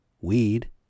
weed